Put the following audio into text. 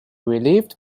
relieved